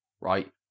right